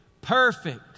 perfect